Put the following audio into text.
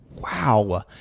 Wow